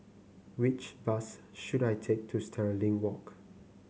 which bus should I take to Stirling Walk